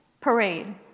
parade